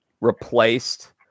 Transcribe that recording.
replaced